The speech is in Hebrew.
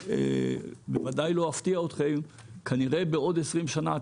אני בוודאי לא אפתיע אתכם: כנראה שבעוד 20 שנה,